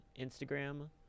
Instagram